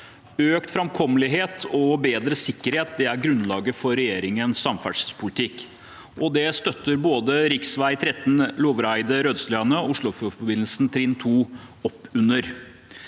Økt framkommelighet og bedre sikkerhet er grunnlaget for regjeringens samferdselspolitikk. Dette støtter både rv. 13 Lovraeidet–Rødsliane og Oslofjordforbindelsen byggetrinn 2 opp om.